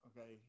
Okay